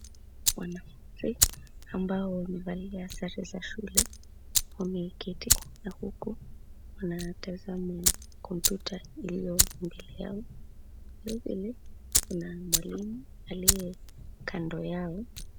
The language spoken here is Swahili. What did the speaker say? Wanafunzi ambao wamevalia sare za shule wameketi na huku wanatazama kompyuta iliyo mbele yao na kuna mwalimu aliye kando yao.